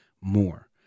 more